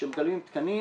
כשמקבלים תקנים,